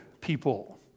people